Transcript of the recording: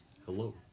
Hello